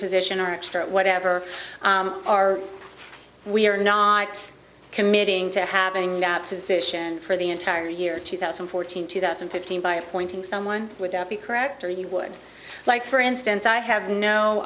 position or whatever are we are not committing to having a position for the entire year two thousand and fourteen two thousand and fifteen by appointing someone would be correct or you would like for instance i have no